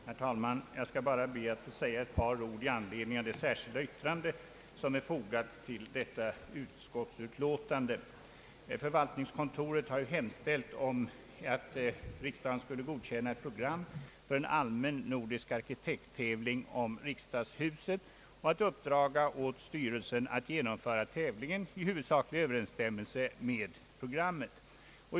Herr talman! Jag skall bara be att få säga ett par ord med anledning av det särskilda yttrande som är fogat till detta utskottsutlåtande. Förvaltningskontoret har hemställt att riksdagen skall godkänna det framlagda programmet för en allmän nordisk arkitekttävling om riksdagshuset och uppdra åt styrelsen för förvaltningskontoret att genomföra en arkitekitävling i huvudsaklig överensstämmelse med detta program.